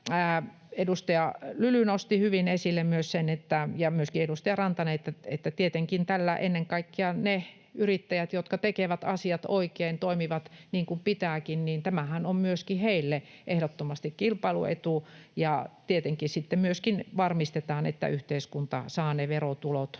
edustaja Lyly nosti hyvin esille sen ja myöskin edustaja Rantanen, että tämähän on tietenkin ennen kaikkea niille yrittäjille, jotka tekevät asiat oikein, toimivat niin kuin pitääkin, myöskin ehdottomasti kilpailuetu, ja tietenkin sitten myöskin varmistetaan, että yhteiskunta saa ne verotulot,